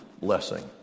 blessing